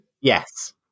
Yes